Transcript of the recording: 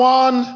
one